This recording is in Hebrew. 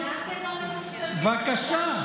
בבקשה.